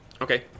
Okay